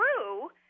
true